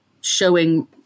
showing